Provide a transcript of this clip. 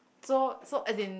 so so as in